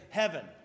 heaven